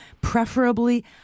preferably